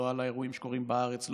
לא לאירועים שקורים בארץ,